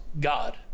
God